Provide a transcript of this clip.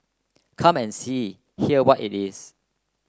come and see here what it is